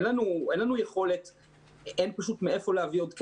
אין פשוט מאיפה להביא עוד כסף.